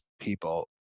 people